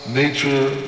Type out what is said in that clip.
nature